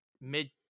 mid